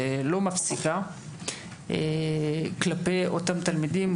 לא מפסיקה כלפי אותם תלמידים,